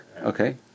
Okay